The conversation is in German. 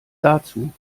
dazu